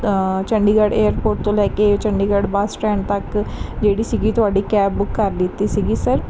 Chandigarh airport ਤੋਂ ਲੈ ਕੇ ਚੰਡੀਗੜ੍ਹ ਬੱਸ ਸਟੈਂਡ ਤੱਕ ਜਿਹੜੀ ਸੀਗੀ ਤੁਹਾਡੀ ਕੈਬ ਬੁੱਕ ਕਰ ਲਿੱਤੀ ਸੀਗੀ ਸਰ